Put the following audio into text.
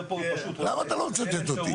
למה אתה לא מצטט אותי,